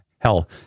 Hell